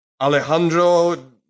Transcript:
Alejandro